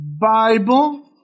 Bible